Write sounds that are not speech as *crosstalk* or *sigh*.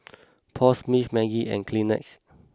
*noise* Paul Smith Maggi and Kleenex